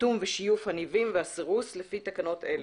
קיטום ושיוף הניבים והסירוס לפי תקנות אלה.